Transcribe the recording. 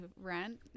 rent